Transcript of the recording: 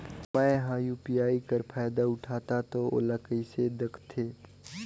मैं ह यू.पी.आई कर फायदा उठाहा ता ओला कइसे दखथे?